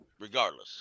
regardless